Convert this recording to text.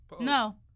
No